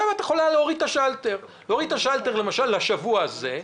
את יכולה להוריד את השאלטר, למשל לשבוע הזה,